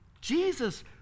Jesus